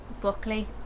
Broccoli